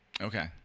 Okay